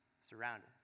surrounded